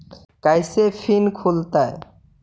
कैसे फिन खुल तय?